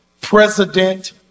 president